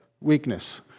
weakness